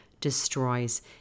destroys